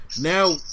now